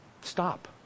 stop